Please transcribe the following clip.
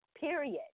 period